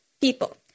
People